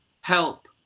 help